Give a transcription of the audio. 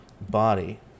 body